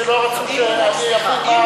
כשלא רצו שאבין היו מדברים ביידיש.